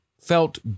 felt